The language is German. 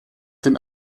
den